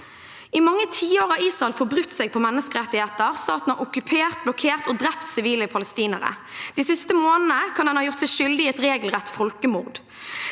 I mange tiår har Israel forbrutt seg mot menneskerettigheter. Staten har okkupert, blokkert og drept sivile palestinere. De siste månedene kan man ha gjort seg skyldig i et regelrett folkemord.